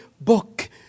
book